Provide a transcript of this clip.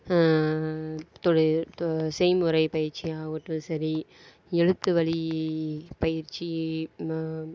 தொழில் தொ செய்முறை பயிற்சி ஆகட்டும் சரி எழுத்து வழி பயிற்சி